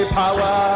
power